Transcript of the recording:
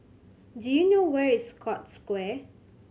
do you know where is Scotts Square